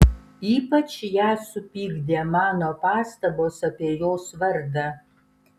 ypač ją supykdė mano pastabos apie jos vardą